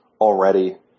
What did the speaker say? already